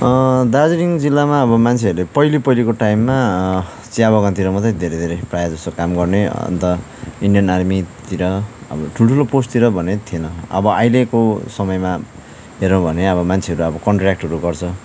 दार्जिलिङ जिल्लामा अब मान्छेहरूले पहिला पहिलाको टाइममा चिया बगानतिर मात्रै धेरै धेरै प्रायः जसो काम गर्ने अन्त इन्डियन आर्मीतिर अब ठुल्ठुलो पोस्टतिर भने थिएन अब अहिलेको समयमा हेर्यौँ भने अब मान्छेहरू कन्ट्र्याक्टहरू गर्छ